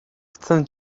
chcę